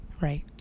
Right